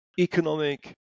economic